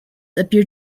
appear